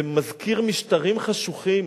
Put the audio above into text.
זה מזכיר משטרים חשוכים.